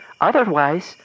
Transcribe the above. otherwise